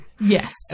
yes